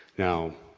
now,